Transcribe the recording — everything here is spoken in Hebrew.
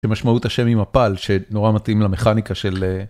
משמעות השם היא מפל, שנורא מתאים למכניקה של